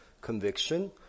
conviction